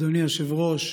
אדוני היושב-ראש,